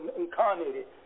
incarnated